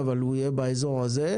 אבל הוא יהיה באזור הזה.